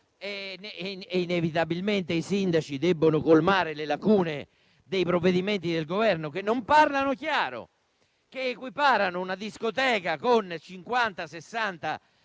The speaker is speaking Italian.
e inevitabilmente i sindaci devono colmare le lacune dei provvedimenti del Governo che non parlano chiaro ed equiparano una discoteca o un locale